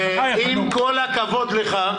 עם כל הכבוד לך,